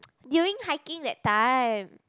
during hiking that time